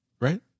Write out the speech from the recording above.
right